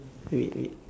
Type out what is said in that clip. wait wait